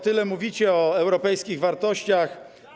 Tyle mówicie o europejskich wartościach.